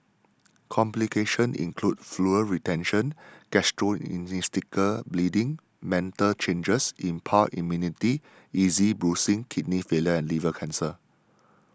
complications include fluid retention gastrointestinal bleeding mental changes impaired immunity easy bruising kidney failure and liver cancer